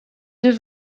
deux